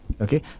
okay